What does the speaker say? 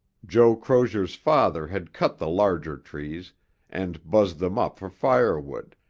joe crozier's father had cut the larger trees and buzzed them up for firewood,